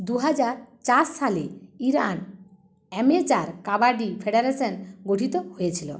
দুহাজার চার সালে ইরান অ্যামেচার কাবাডি ফেডারেশন গঠিত হয়েছিল